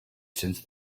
since